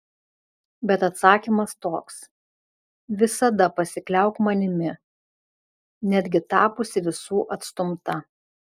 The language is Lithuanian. bet atsakymas toks visada pasikliauk manimi netgi tapusi visų atstumta